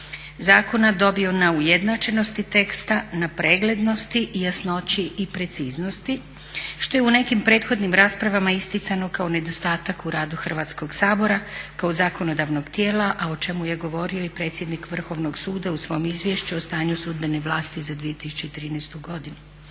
Zakona dobio na ujednačenosti teksta, na preglednosti i jasnoći i preciznosti što je u nekim prethodnim raspravama isticano kao nedostatak u radu Hrvatskog sabora kao zakonodavnog tijela a o čemu je govorio i predsjednik Vrhovnog suda u svom Izvješću o stanju sudbene vlasti za 2013. godinu.